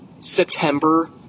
September